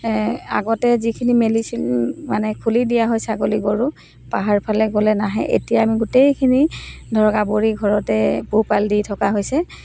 আগতে যিখিনি মেলিছিল মানে খুলি দিয়া হয় ছাগলী গৰু পাহাৰৰফালে গ'লে নাহে এতিয়া আমি গোটেইখিনি ধৰক আৱৰি ঘৰতে পোহপাল দি থকা হৈছে